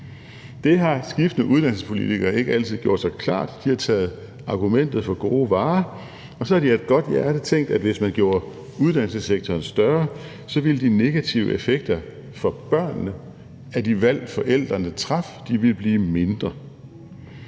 Det har skiftende uddannelsespolitikere ikke altid gjort sig klart – de har taget argumentet for gode varer, og så har de af et godt hjerte tænkt, at hvis man gjorde uddannelsessektoren større, ville de negative effekter for børnene af de valg, forældrene traf, blive mindre.